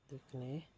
लेकिन एह्